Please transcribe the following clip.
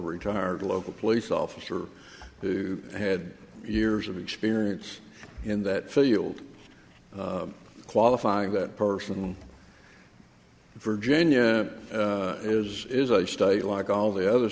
retired local police officer who had years of experience in that field qualifying that person virginia is is a state like all the other